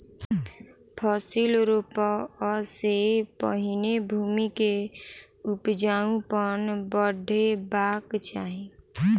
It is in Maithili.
फसिल रोपअ सॅ पहिने भूमि के उपजाऊपन बढ़ेबाक चाही